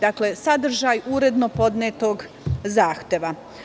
Dakle, sadržaj uredno podnetog zahteva.